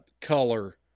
color